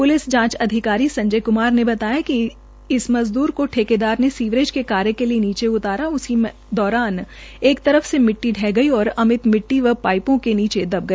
police जांच अधिकारी संजय कुमार ने बताया कि इस मजद्र को ठेकेदार ने सीवरेज के कार्य करने लिए नीचे उतारा उसी दौरान एक तरफ से मिटटी ढ़ह गई और अमित मिटटी व पाइपो के नीचे दब गया